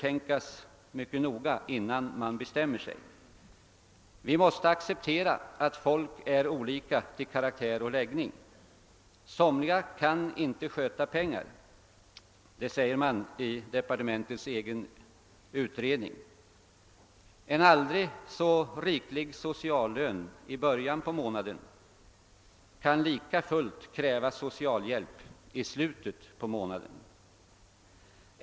tänkas mycket noga innan man bestämmer sig för att införa sådana. Vi måste acceptera att människor är olika till karaktär och läggning. Det framhålles i departementets egen utredning att somliga människor inte kan sköta pengar. Trots en aldrig så riklig sociallön i början på månaden kan det komma att krävas socialhjälp i slutet av månaden.